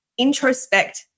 Introspect